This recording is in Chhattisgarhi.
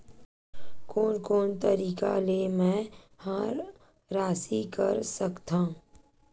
कोन कोन तरीका ले मै ह राशि कर सकथव?